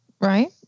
Right